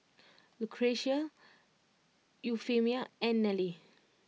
Lucretia Euphemia and Nellie